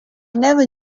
never